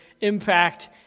impact